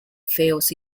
feos